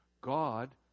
God